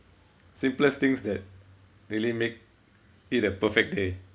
simplest things that really make it a perfect day